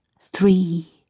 three